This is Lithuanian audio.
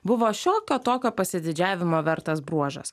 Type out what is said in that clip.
buvo šiokio tokio pasididžiavimo vertas bruožas